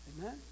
Amen